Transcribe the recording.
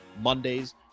Mondays